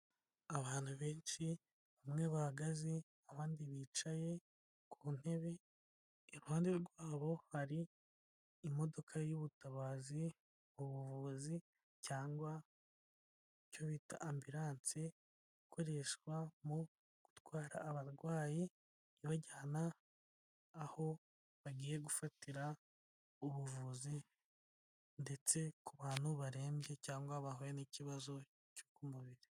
Abantu benshi bamwe bahagaze abandi bicaye ku ntebe, iruhande rwabo hari imodoka y'ubutabazi, ubuvuzi cyangwa icyo bita ambiranse, ikoreshwa mu gutwara abarwayi ibajyana aho bagiye gufatira ubuvuzi ndetse ku bantu barembye cyangwa bahuye n'ikibazo cyo ku mubiri.